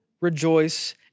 rejoice